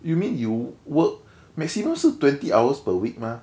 you mean you work maximum 是 twenty hours per week mah